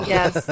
Yes